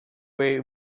way